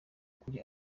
kuri